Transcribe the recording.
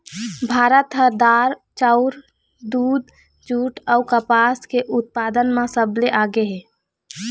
भारत ह दार, चाउर, दूद, जूट अऊ कपास के उत्पादन म सबले आगे हे